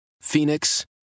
Phoenix